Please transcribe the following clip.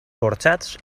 forjats